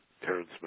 Terrence